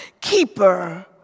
keeper